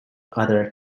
other